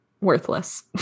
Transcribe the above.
worthless